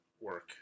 work